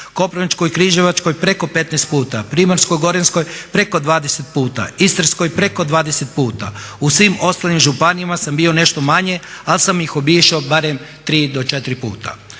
Koprivničko-križevačkoj preko 15 puta, Primorsko-goranskoj preko 20 puta, Istarskoj preko 20 puta. U svim ostalim županijama sam bio nešto manje ali sam ih obišao barem 3 do 4 puta.